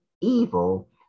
evil